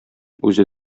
үзе